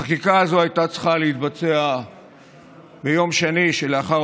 החקיקה הזאת הייתה צריכה להתבצע ביום שני שלאחר